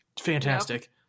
fantastic